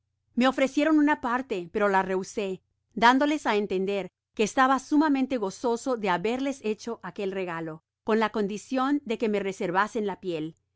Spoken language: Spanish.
me ofrecieron na parte pero la rehusé dándoles á entender que estaba sumamente gozoso de haberles hecho aquel regalo con la condicion de que me reservasen la piel